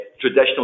traditional